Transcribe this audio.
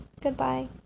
Goodbye